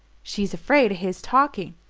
she's afraid of his talking.